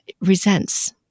resents